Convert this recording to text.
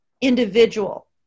individual